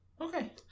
Okay